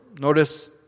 Notice